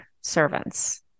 servants